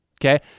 Okay